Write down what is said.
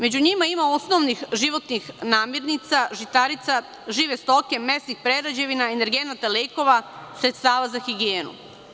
Među njima ima osnovnih životnih namirnica, žitarica, žive stoke, mesnih prerađevina, energenata, lekova, sredstava za higijenu.